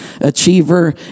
achiever